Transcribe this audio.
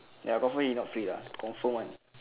ya confirm he not free lah confirm one